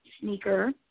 sneaker